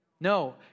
No